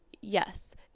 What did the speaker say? yes